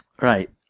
right